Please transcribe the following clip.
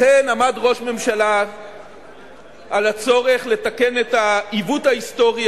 לכן עמד ראש הממשלה על הצורך לתקן את העיוות ההיסטורי